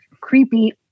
creepy